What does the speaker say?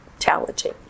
challenging